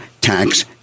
tax